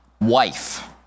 wife